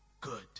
good